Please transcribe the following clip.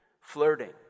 flirting